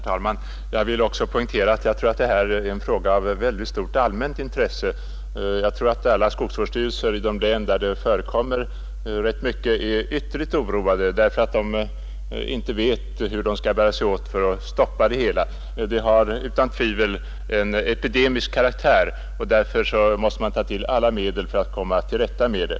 Herr talman! Jag vill också poängtera att detta är en fråga av stort allmänt intresse. Jag tror att alla skogsvårdsstyrelser i de län där skadegörelsen förekommer i stor utsträckning är ytterligt oroade för att de inte vet hur de skall bära sig åt för att stoppa den. Det har utan tvivel en epidemisk karaktär, och därför måste man ta till alla medel för att komma till rätta med det.